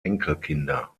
enkelkinder